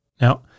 now